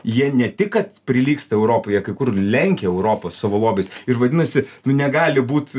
jie ne tik kad prilygsta europai jie kai kur lenkia europą savo lobiais ir vadinasi nu negali būt